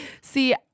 See